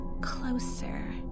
closer